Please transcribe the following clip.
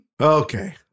Okay